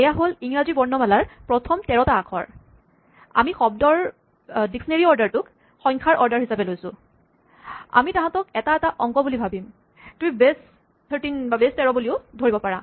এয়া হ'ল ইংৰাজী বৰ্ণমালাৰ প্ৰথম তেৰটা আখৰ আমি শব্দৰ ডিক্সনেৰী অৰ্ডাৰটোক সংখ্যাৰ অৰ্ডাৰ হিচাপে লৈছো আমি তাহাঁতক এটা এটা অংক বুলি ভাৱিম তুমি বেছ ১৩ বুলি ধৰিব পাৰা